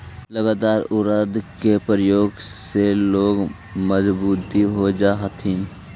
लगातार उड़द के प्रयोग से लोग मंदबुद्धि हो जा हथिन